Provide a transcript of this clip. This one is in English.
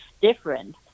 different